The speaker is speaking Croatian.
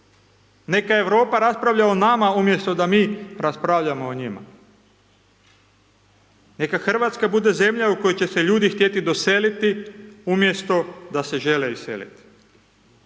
Neka Europa raspravlja o nama, umjesto da mi raspravljamo o njima. Neka Hrvatska bude zemlja koju će se ljudi htjeti doseliti, umjesto da se žele iseliti.